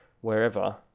wherever